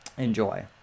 Enjoy